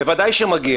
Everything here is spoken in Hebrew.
בוודאי שמגיע.